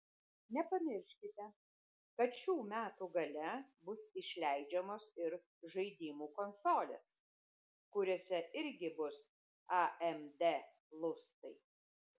nepamirškite kad šių metų gale bus išleidžiamos ir žaidimų konsolės kuriose irgi bus amd lustai